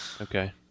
Okay